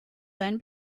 then